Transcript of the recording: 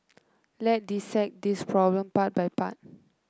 let dissect this problem part by part